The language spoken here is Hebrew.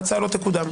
ההצעה לא תקודם.